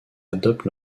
adoptent